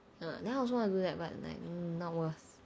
then I also want to do that but like not worth